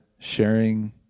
sharing